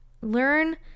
Learn